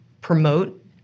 promote